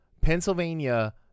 pennsylvania